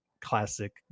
classic